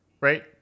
right